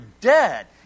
dead